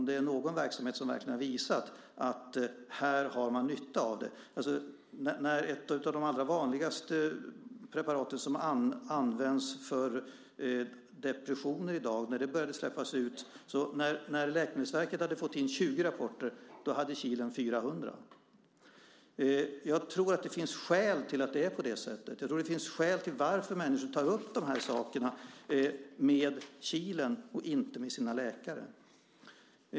Det här är en verksamhet som verkligen har visat att man har nytta av det. Jag tänker på ett av de allra vanligaste preparaten, som används vid depressioner i dag. När Läkemedelsverket hade fått in 20 rapporter hade Kilen 400. Jag tror att det finns skäl till att det är på det sättet. Jag tror att det finns skäl till att människor tar upp de här sakerna med Kilen och inte med sina läkare.